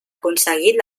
aconseguit